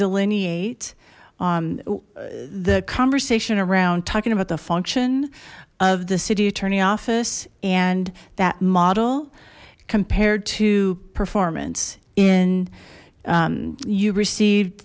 delineate on the conversation around talking about the function of the city attorney office and that model compared to performance in you received